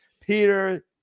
peter